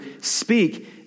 speak